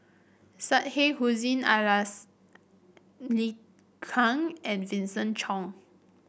Syed Hussein Alatas Liu Kang and Vincent Cheng